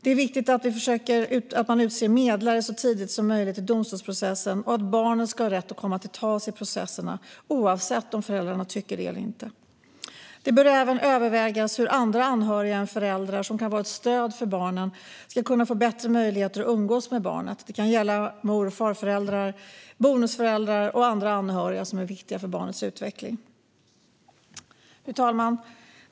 Det är viktigt att man utser medlare så tidigt som möjligt i domstolsprocessen och att barnen ska ha rätt att komma till tals i processerna oavsett om föräldrarna tycker det eller inte. Det bör även övervägas hur andra anhöriga än föräldrar som kan vara ett stöd för barnen ska kunna få bättre möjligheter att umgås med dem. Det kan vara mor eller farföräldrar, bonusföräldrar och andra anhöriga som är viktiga för barnens utveckling. Fru talman!